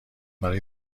برای